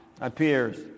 appears